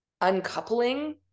uncoupling